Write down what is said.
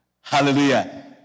Hallelujah